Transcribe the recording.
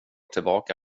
tillbaka